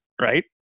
right